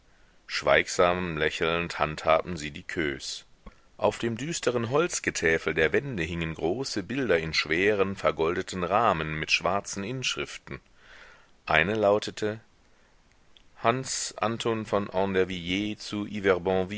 schweigsam lächelnd handhabten sie die queues auf dem düsteren holzgetäfel der wände hingen große bilder in schweren vergoldeten rahmen mit schwarzen inschriften eine lautete hans anton von andervilliers zu